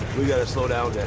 we got to slow down to.